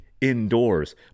indoors